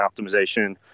optimization